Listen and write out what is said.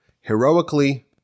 heroically